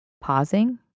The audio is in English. pausing